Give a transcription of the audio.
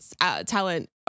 talent